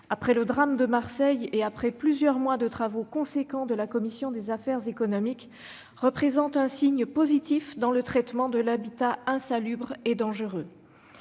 après le drame de Marseille et plusieurs mois de travaux importants de la commission des affaires économiques, constitue un signal positif dans le traitement de l'habitat insalubre et dangereux.